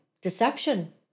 deception